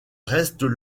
restent